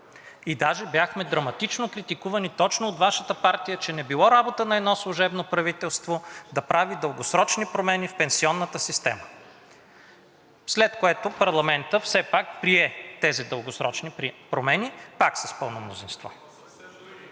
Даже бяхме драматично критикувани точно от Вашата партия, че не било работа на едно служебно правителство да прави дългосрочни промени в пенсионната система, след което парламентът все пак прие тези дългосрочни промени пак с пълно мнозинство.